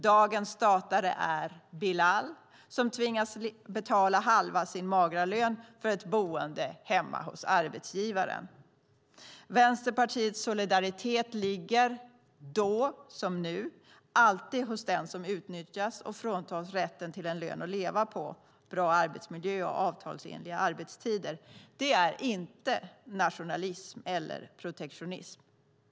Dagens statare är Bilal som tvingas betala halva sin magra lön för ett boende hemma hos arbetsgivaren. Vänsterpartiets solidaritet ligger, då som nu, alltid hos den som utnyttjas och fråntas rätten till en lön att leva på, bra arbetsmiljö och avtalsenliga arbetstider. Det är inte nationalism eller protektionism.